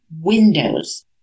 windows